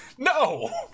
No